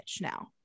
now